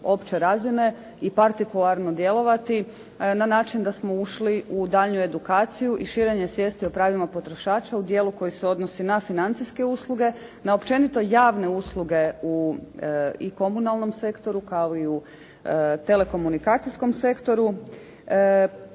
opće razine i partikularno djelovati na način da smo ušli u daljnju edukaciju i širenje svijesti o pravima potrošača u dijelu koji se odnosi na financijske usluge, na općenito javne usluge i komunalnom sektoru kao i u telekomunikacijskom sektoru.